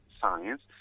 science